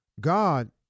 God